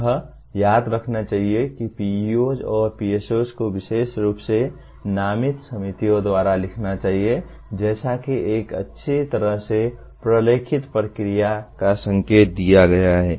यह याद रखना चाहिए कि PEOs और PSOs को विशेष रूप से नामित समितियों द्वारा लिखा जाना चाहिए जैसा कि एक अच्छी तरह से प्रलेखित प्रक्रिया का संकेत दिया गया है